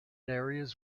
areas